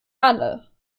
alle